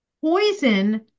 Poison